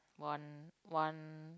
one one